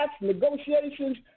negotiations